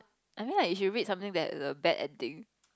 I mean like if you read something that has a bad ending